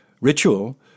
ritual